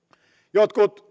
jotkut